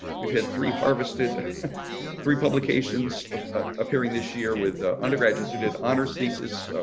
we've had three harvested three publications ah ah appearing this year with ah undergraduates who did honors thesis.